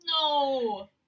No